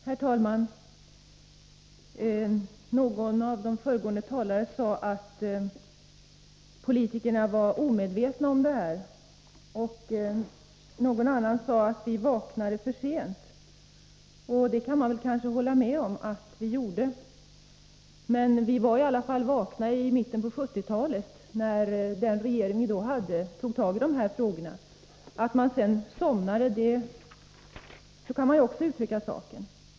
Herr talman! Någon av de föregående talarna sade att politikerna var omedvetna om förhållandena, och en annan sade att vi vaknade för sent. Jag kan kanske hålla med om att vi gjorde det, men vi var i alla fall vakna i mitten på 1970-talet när den regering som vi då hade tog tag i dessa frågor. Sedan somnade man tydligen i den kommande regeringen.